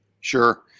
Sure